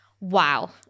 Wow